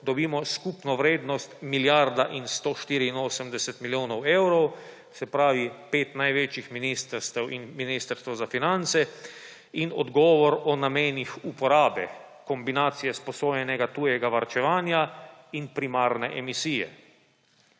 dobimo skupno vrednost milijarda in 184 milijonov evrov; se pravi, pet največjih ministrstev in Ministrstvo za finance, in odgovor o namenih uporabe, kombinacije sposojenega tujega varčevanja in primarne emisije.